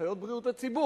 אחיות בריאות הציבור.